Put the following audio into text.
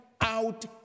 out